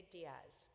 Diaz